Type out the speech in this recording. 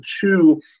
two